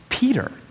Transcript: Peter